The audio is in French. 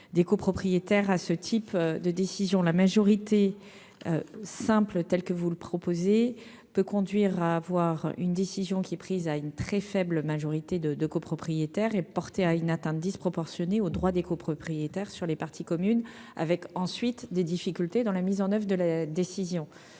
des copropriétaires à ce type de décision à la majorité simple, telle que vous le proposez peut conduire à avoir une décision qui est prise à une très faible majorité de de copropriétaires est porté à une atteinte disproportionnée aux droits des copropriétaires sur les parties communes avec ensuite des difficultés dans la mise en oeuvre de la décision